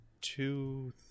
two